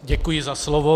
Děkuji za slovo.